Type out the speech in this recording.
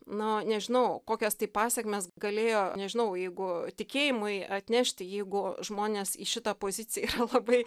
na nežinau kokias tai pasekmės galėjo nežinau jeigu tikėjimui atnešti jeigu žmonės į šitą poziciją yra labai